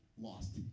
lost